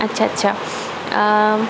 আচ্ছা আচ্ছা